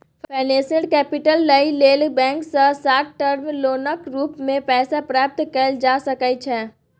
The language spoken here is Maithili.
फाइनेंसियल कैपिटल लइ लेल बैंक सँ शार्ट टर्म लोनक रूप मे पैसा प्राप्त कएल जा सकइ छै